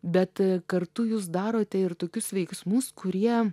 bet kartu jūs darote ir tokius veiksmus kurie